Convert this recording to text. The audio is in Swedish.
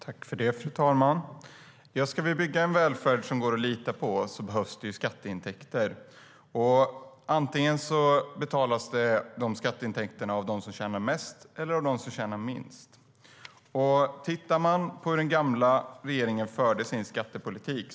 Fru talman! Ska vi bygga en välfärd som det går att lita på behövs det skatteintäkter. De skatteintäkterna betalas antingen av dem som tjänar mest eller av dem som tjänar minst. Man kan titta på hur den gamla regeringen förde sin skattepolitik.